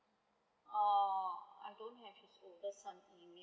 uh I don't have his oldest son email